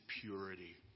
purity